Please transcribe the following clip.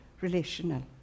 relational